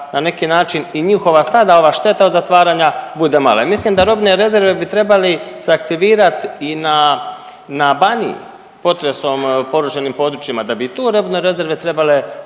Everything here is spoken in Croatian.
na neki način i njihova sada ova šteta od zatvaranja bude mala. Mislim da robne rezerve bi trebali se aktivirat i na, na Baniji, potresom porušenim područjima. Da bi i tu robne rezerve odraditi